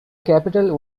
capital